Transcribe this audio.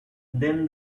then